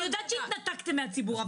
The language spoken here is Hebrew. אני יודעת שהתנתקתם מהציבור,